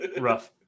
rough